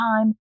time